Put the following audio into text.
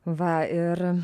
va ir